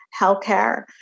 healthcare